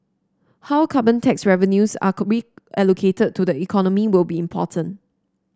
how carbon tax revenues are cold reallocated to the economy will be important